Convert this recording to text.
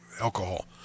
alcohol